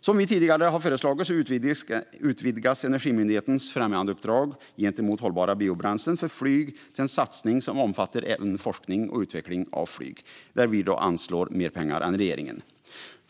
Som vi tidigare har föreslagit utvidgas Energimyndighetens främjandeuppdrag gentemot hållbara biobränslen för flyg till en satsning som omfattar även forskning och utveckling av elflyg. Där anslår vi mer pengar än regeringen.